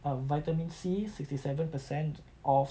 uh vitamin C sixty seven percent of